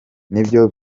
nibyo